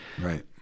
Right